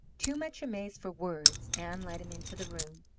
too much amazed for words, ann led him into the room.